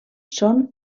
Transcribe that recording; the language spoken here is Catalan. són